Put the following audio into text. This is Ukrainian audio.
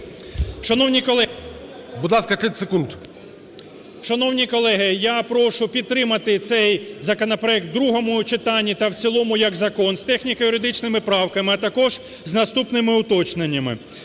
Шановні колеги, я прошу підтримати цей законопроект в другому читанні та в цілому як закон з техніко-юридичними правками, а також з наступними уточненнями.